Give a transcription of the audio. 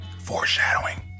Foreshadowing